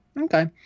Okay